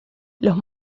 los